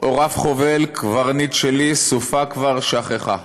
"הו, רב חובל, קברניט שלי, סופה כבר שככה".